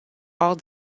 all